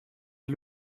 est